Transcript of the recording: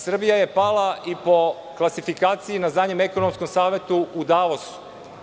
Srbija je po klasifikaciji na zadnjem Ekonomskom savetu u Dalasu.